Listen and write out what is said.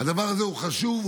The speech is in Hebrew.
הדבר הזה הוא חשוב,